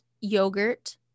yogurt